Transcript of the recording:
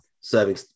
serving